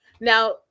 Now